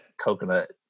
coconut